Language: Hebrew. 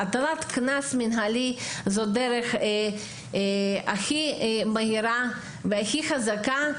הטלת קנס מנהלי זאת הדרך הכי מהירה והכי חזקה,